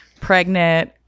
pregnant